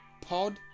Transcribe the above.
Pod